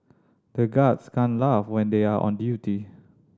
the guards can't laugh when they are on duty